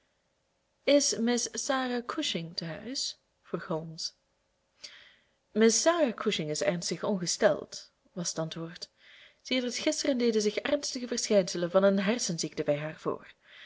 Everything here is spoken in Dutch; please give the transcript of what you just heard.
is miss sarah cushing te huis vroeg holmes miss sarah cushing is ernstig ongesteld was t antwoord sedert gisteren deden zich ernstige verschijnselen van een hersenziekte bij haar voor